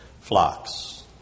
flocks